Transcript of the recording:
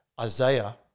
Isaiah